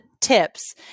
tips